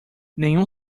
nenhum